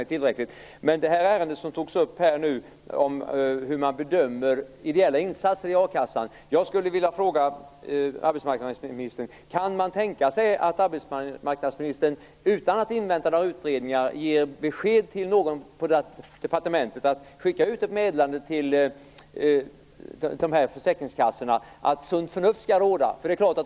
Med anledning av det ärende som har tagits upp och som gäller hur man bedömer ideella insatser i fråga om a-kassan skulle jag vilja fråga: Kan det tänkas att arbetsmarknadsministern, utan att invänta utredningar, ger beskedet till någon på departementet att ett meddelande skall skickas ut till försäkringskassorna om att sunt förnuft skall råda?